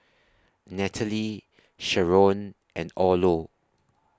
Nataly Sharron and Orlo